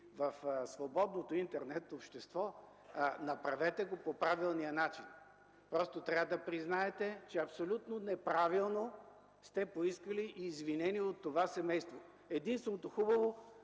в свободното интернет общество, направете го по правилния начин. Просто трябва да признаете, че абсолютно неправилно сте поискали извинение от това семейство. Единственото хубаво